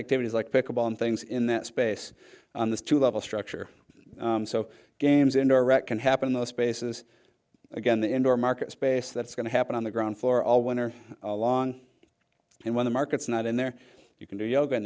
activities like pick up on things in that space on this two level structure so games in direct can happen in those spaces again the indoor market space that's going to happen on the ground floor all winter long and when the market's not in there you can do yoga in